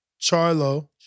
Charlo